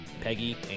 peggy